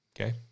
Okay